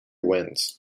wins